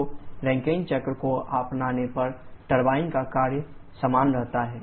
तो रैंकिन चक्र को अपनाने पर टरबाइन का कार्य समान रहता है